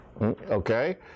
okay